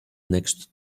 next